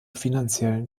finanziellen